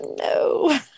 No